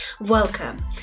Welcome